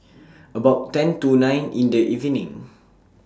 about ten to nine in The evening